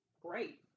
great